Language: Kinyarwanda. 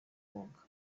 koga